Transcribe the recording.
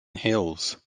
hills